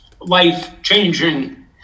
life-changing